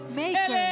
maker